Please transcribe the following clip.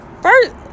first